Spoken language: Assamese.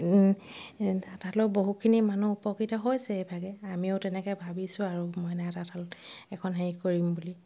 ও এ তাঁতশালৰ বহুখিনি মানুহ উপকৃত হৈছে এইভাগে আমিও তেনেকৈ ভাবিছোঁ আৰু মইনা তাঁতশালত এখন হেৰি কৰিম বুলি